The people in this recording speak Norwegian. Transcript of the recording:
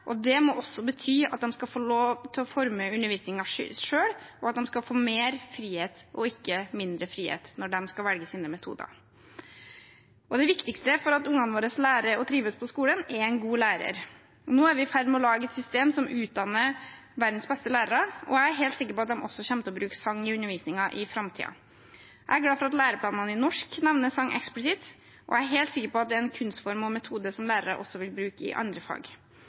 Det må bety at de skal få lov til å forme undervisningen selv, og at de skal få mer frihet og ikke mindre frihet når de skal velge sine metoder. Det viktigste for at ungene våre lærer og trives på skolen, er en god lærer. Nå er vi i ferd med å lage et system som utdanner verdens beste lærere, og jeg er helt sikker på at de også kommer til å bruke sang i undervisningen i framtiden. Jeg er glad for at læreplanene i norsk nevner sang eksplisitt, og jeg er helt sikker på at det er en kunstform og metode som lærerne også vil bruke i andre fag.